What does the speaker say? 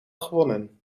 gewonnen